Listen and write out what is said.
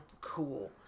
cool